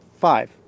five